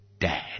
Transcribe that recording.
dad